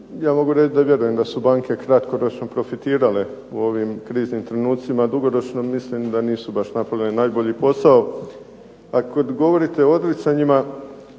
ja mogu reći da vjerujem da su banke kratkoročno profitirale u ovim kriznim trenucima, dugoročno mislim da nisu baš napravile najbolji posao. A kad govorite o odricanjima